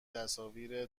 تصاویر